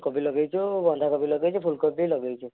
କୋବି ଲଗାଇଛୁ ବନ୍ଧାକୋବି ଲଗାଇଛୁ ଫୁଲକୋବି ବି ଲଗାଇଛୁ